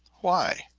why?